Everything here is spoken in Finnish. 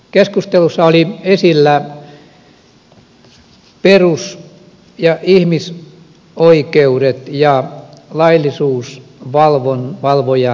keskustelussa oli esillä perus ja ihmisoikeudet ja laillisuusvalvojan rooli